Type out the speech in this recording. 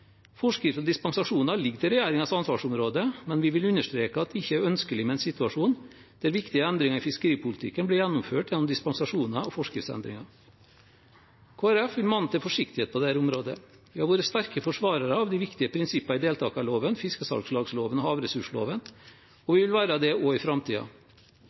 Forskrifter og dispensasjoner ligger til regjeringens ansvarsområde, men vi vil understreke at det ikke er ønskelig med en situasjon der viktige endringer i fiskeripolitikken blir gjennomført gjennom dispensasjoner og forskriftsendringer. Kristelig Folkeparti vil mane til forsiktighet på dette området. Vi har vært sterke forsvarere av de viktige prinsippene i deltakerloven, fiskesalgslagsloven og havressursloven, og vi vil være det også i